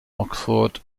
oxford